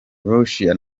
russia